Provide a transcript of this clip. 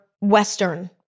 Western